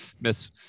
miss